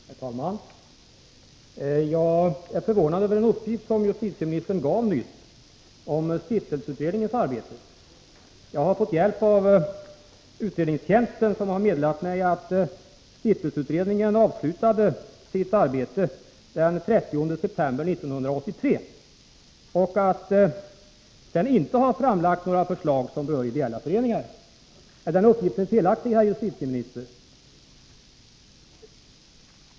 Herr talman! Jag är förvånad över den uppgift som justitieministern gav nyss om stiftelseutredningens arbete. Jag har fått hjälp av riksdagens utredningstjänst, som har meddelat mig att stiftelseutredningen avslutade sitt arbete den 30 september 1983 och att den inte har framlagt några förslag som berör ideella föreningar. Är den uppgiften felaktig, herr justitieminister?